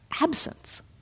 absence